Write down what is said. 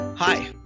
Hi